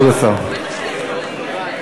בבקשה, כבוד השר.